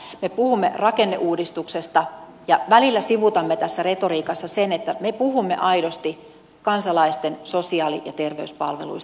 me puhumme rakenneuudistuksesta ja välillä sivuutamme tässä retoriikassa sen että me puhumme aidosti kansalaisten sosiaali ja terveyspalveluista